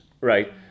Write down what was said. right